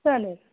चालेल